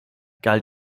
galt